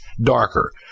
darker